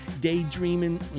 Daydreaming